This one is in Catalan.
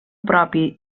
propi